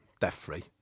death-free